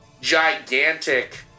gigantic